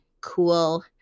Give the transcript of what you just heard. cool